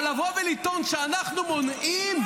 אבל לטעון שאנחנו מונעים,